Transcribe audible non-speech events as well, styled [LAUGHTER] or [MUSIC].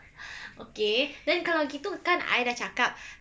[BREATH] okay then kalau gitu kan I dah cakap